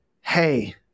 Hey